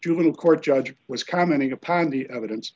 juvenile court judge was commenting upon the evidence